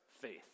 faith